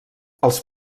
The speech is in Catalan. els